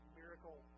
miracle